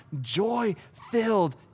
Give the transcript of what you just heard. joy-filled